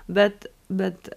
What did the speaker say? bet bet